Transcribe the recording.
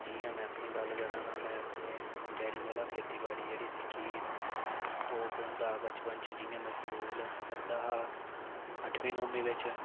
जियां में अपनी गल्ल करां तां में अपने डैडी कोला खेतीबाड़ी जेह्ड़ी सिक्खी ही तां ओह् केह् होंदा बचपन च जियां में स्कूल पढ़दा हा अठमीं नौमीं बिच्च